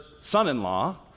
son-in-law